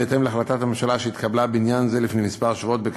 בהתאם להחלטת הממשלה שהתקבלה בעניין זה לפני שבועות אחדים,